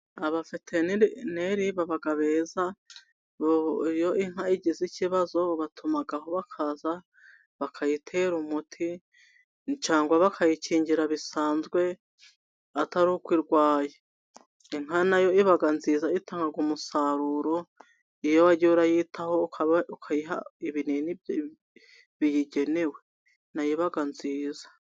Abaveterineri baba beza, iyo inka igize ikibazo babatumaho bakaza bakayitera umuti, cyangwa bakayikingira bisanzwe atari uko irwaye. Inka na yo iba nziza, itanga umusaruro iyo wagiye uyitaho ukayiha ibinini biyigenewe na yo iba nziza.